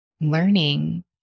learning